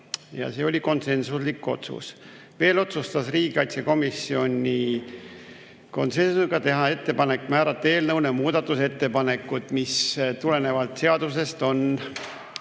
see oli konsensuslik otsus. Veel otsustas riigikaitsekomisjon konsensusega teha ettepaneku määrata eelnõu muudatusettepanekute jaoks, mis tulenevalt seadusest on ...